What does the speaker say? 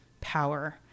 power